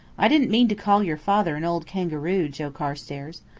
i didn't mean to call your father an old kangaroo, joe carstairs.